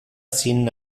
sin